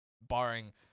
barring